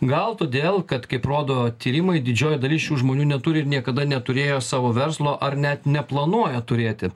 gal todėl kad kaip rodo tyrimai didžioji dalis šių žmonių neturi ir niekada neturėjo savo verslo ar net neplanuoja turėti